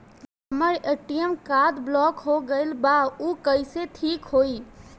हमर ATM card block हो गईल बा ऊ कईसे ठिक होई?